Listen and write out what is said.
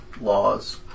laws